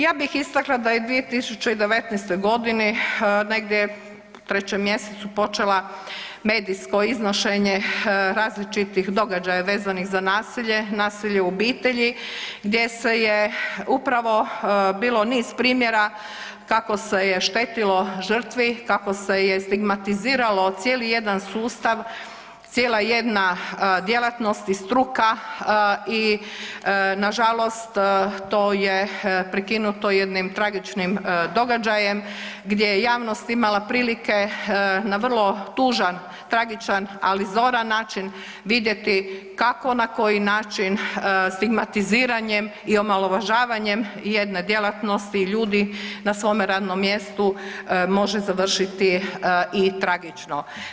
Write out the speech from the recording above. Ja bih istakla da je 2019. godini negdje u 3. mjesecu počelo medijsko iznošenje različitih događaja vezanih za nasilje, nasilje u obitelji gdje se je upravo bilo niz primjera kako se je štetilo žrtvi, kako se stigmatiziralo cijeli jedan sustav, cijela jedna djelatnost i struka i nažalost to je prekinuto jednim tragičnim događajem gdje je javnost imala prilike na vrlo tužan, tragičan, ali zoran način vidjeti kako na koji način stigmatiziranjem i omalovažavanjem jedne djelatnosti i ljudi na svome radnom mjestu može završiti i tragično.